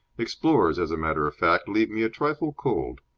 explorers, as a matter of fact, leave me a trifle cold.